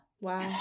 Wow